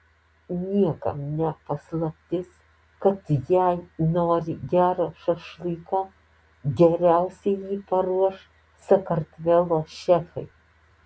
niekam ne paslaptis kad jei nori gero šašlyko geriausiai jį paruoš sakartvelo šefai